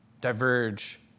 diverge